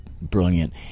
brilliant